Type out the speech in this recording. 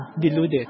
deluded